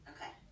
Okay